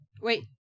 Wait